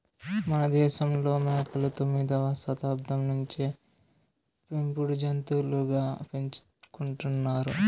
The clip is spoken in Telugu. మనదేశంలో మేకలు తొమ్మిదవ శతాబ్దం నుంచే పెంపుడు జంతులుగా పెంచుకుంటున్నారు